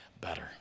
better